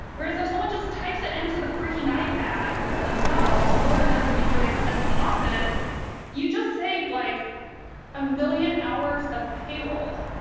whereas if someone just types it into the freaking ipad themselves or does it before they come into the office you just saved like a million hours of payroll